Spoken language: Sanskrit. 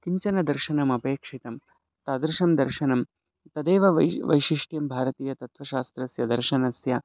किञ्चन दर्शनम् अपेक्षितं तादृशं दर्शनं तदेव वै वैशिष्ट्यं भारतीयतत्त्वशास्त्रस्य दर्शनस्य